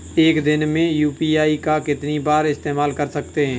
एक दिन में यू.पी.आई का कितनी बार इस्तेमाल कर सकते हैं?